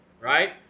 Right